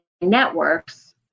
networks